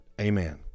Amen